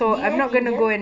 do you have ginger